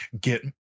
get